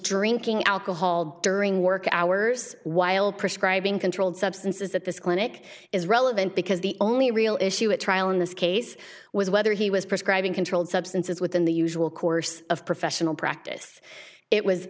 drinking alcohol during work hours while prescribing controlled substances that this clinic is relevant because the only real issue at trial in this case was whether he was prescribing controlled substances within the usual course of professional practice it was